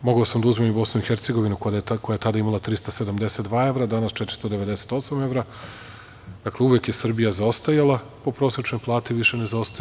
Mogao sam da uzmem i BiH, koja je tada imala 372 evra, a danas 498 evra, dakle, uvek je Srbija zaostajala u prosečnoj plati, više ne zaostaje.